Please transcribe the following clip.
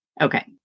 Okay